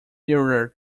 nearer